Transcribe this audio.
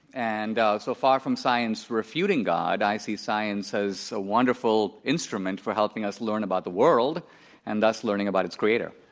and so far from science refuting god, i see science as a wonderful instrument for helping us learn about the world and thus learning about its creator.